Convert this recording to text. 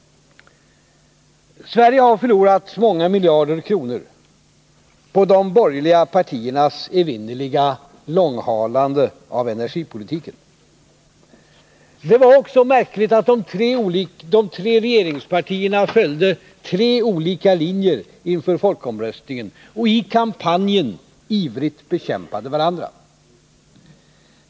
Sverige har förlorat många miljarder kronor på de borgerliga partiernas evinnerliga långhalande av energipolitiken. Det var också märkligt att de tre regeringspartierna följde tre olika linjer inför folkomröstningen och i kampanjen ivrigt bekämpade varandra.